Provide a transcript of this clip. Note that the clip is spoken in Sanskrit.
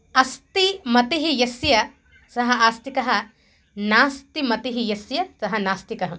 अस्ति मतिः यस्य सः आस्तिकः नास्ति मतिः यस्य सः नास्तिकः